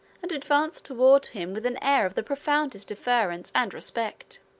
and advanced toward him with an air of the profoundest deference and respect.